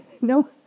No